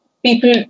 People